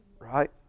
right